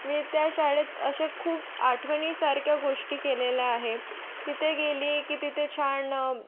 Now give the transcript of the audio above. त्या शाळेत अशा खूप आठवणीसारख्या गोष्टी केलेल्या आहे तिथे गेली की तिथे छान